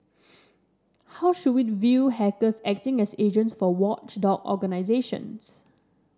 how should we view hackers acting as agents for watchdog organisations